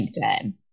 LinkedIn